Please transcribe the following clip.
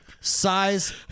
Size